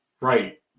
Right